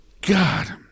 God